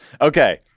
Okay